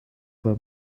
were